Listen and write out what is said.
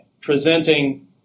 presenting